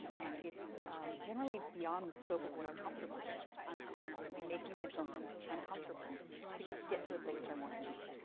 and it's generally beyond the scope of what i'm comfortable with. i'm constantly making myself and uncomfortable to get to the places i want to be.